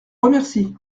remercie